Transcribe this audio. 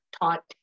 taught